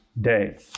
day